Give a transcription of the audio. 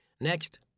Next